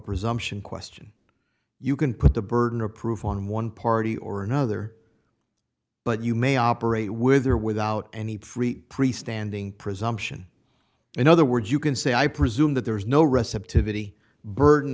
presumption question you can put the burden of proof on one party or another but you may operate with or without any pre priest danding presumption in other words you can say i presume that there is no receptive eighty burden